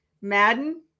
Madden